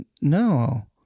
No